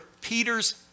Peter's